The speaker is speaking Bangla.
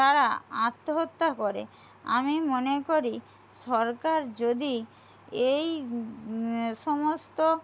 তারা আত্মহত্যা করে আমি মনে করি সরকার যদি এই সমস্ত